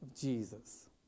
Jesus